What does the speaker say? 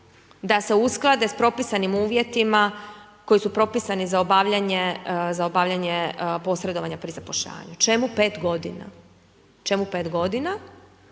da se usklade s propisanim uvjetima koji su propisani za obavljanje posredovanja pri zapošljavanju, čemu 5 godina, čemu 5 godina,